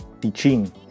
teaching